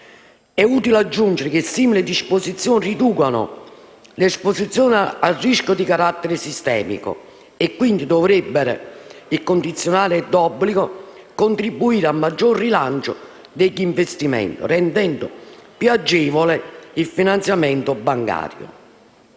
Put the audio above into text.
È utile aggiungere che simili disposizioni riducono l'esposizione al rischio di carattere sistemico e quindi dovrebbero - il condizionale è d'obbligo - contribuire al maggior rilancio degli investimenti, rendendo più agevole il finanziamento bancario.